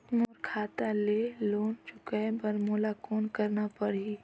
मोर खाता ले लोन चुकाय बर मोला कौन करना पड़ही?